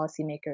policymakers